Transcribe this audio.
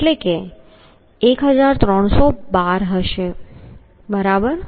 તેથી 1312 હશે બરાબર